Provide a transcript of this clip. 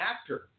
actor